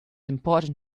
important